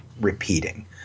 repeating